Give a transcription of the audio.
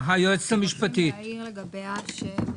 רציתי להעיר לגביה,